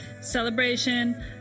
celebration